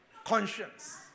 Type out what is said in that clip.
conscience